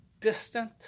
distant